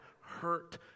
hurt